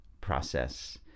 process